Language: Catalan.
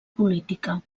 política